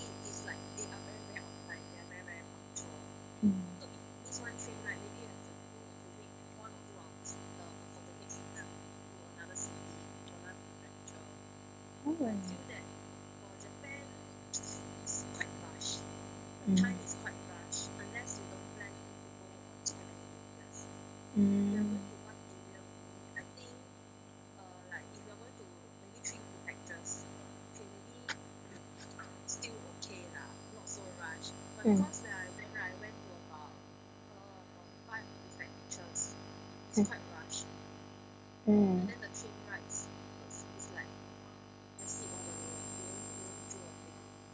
mm oh mm mm mm mm mm